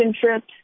trips